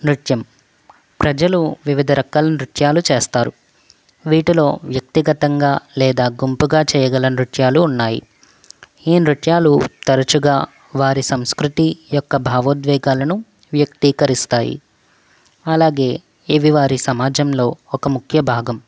నృత్యం ప్రజలు వివిధ రకాల నృత్యాలు చేస్తారు వీటిలో వ్యక్తిగతంగా లేదా గుంపుగా చేయగల నృత్యాలు ఉన్నాయి ఈ నృత్యాలు తరచుగా వారి సంస్కృతి యొక్క భావోద్వేగాలను వ్యక్తీకరిస్తాయి అలాగే ఇది వారి సమాజంలో ఒక ముఖ్య భాగం